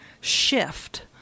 shift